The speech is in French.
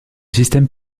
système